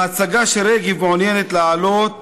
להצגה שרגב מעוניינת להעלות,